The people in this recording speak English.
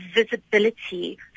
visibility